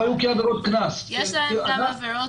יש כאן גם עבירות,